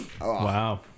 Wow